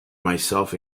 myself